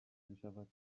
میشود